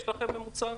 יש לכם ממוצע?